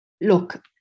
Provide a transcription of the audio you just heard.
look